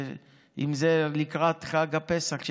אם זה לקראת חג הפסח,